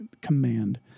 command